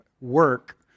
work